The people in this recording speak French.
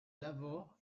lavaur